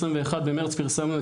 במרץ פרסמנו,